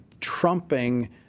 trumping